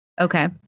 Okay